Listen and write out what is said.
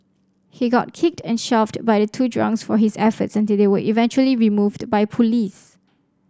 he got kicked and shoved by the two drunks for his efforts until they were eventually removed by police